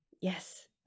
Yes